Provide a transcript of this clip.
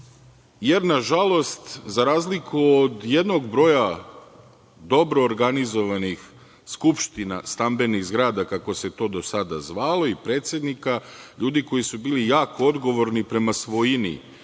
jer, nažalost, za razliku od jednog broja dobro organizovanih skupština stambenih zgrada kako se to do sada zvalo i predsednika, ljudi koji su bili jako odgovorni prema svojini